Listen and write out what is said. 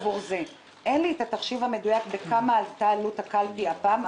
אין לי את התחשיב המדויק בכמה עלתה עלות הקלפי הפעם,